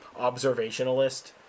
observationalist